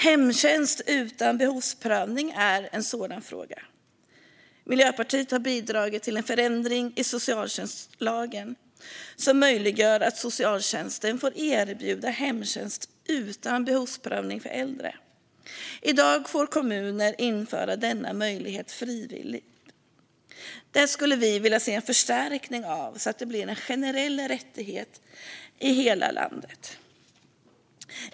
Hemtjänst utan behovsprövning är ett av förslagen. Miljöpartiet har bidragit till en ändring i socialtjänstlagen som möjliggör för socialtjänsten att erbjuda hemtjänst utan behovsprövning till äldre. I dag får kommuner införa denna möjlighet frivilligt. Vi vill förstärka det så att det blir en generell rättighet i hela landet.